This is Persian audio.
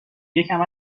یکم